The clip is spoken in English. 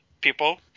people